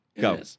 Go